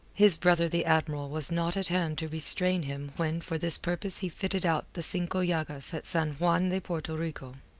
his brother the admiral was not at hand to restrain him when for this purpose he fitted out the cinco llagas at san juan de porto rico.